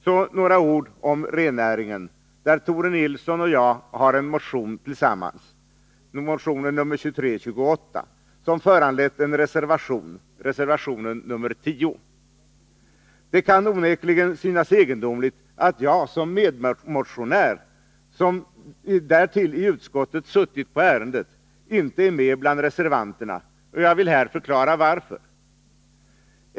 Så några ord om rennäringen, där Tore Nilsson och jag tillsammans har väckt en motion, nr 2328, som föranlett en reservation, nr 10. Det kan onekligen synas egendomligt att jag som medmotionär, och som därtill i utskottet suttit på ärendet, inte är med bland reservanterna, och jag vill här förklara varför.